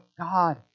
God